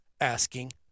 asking